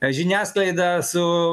žiniasklaida su